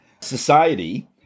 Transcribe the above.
society